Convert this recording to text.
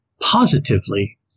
positively